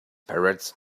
parrots